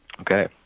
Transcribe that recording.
Okay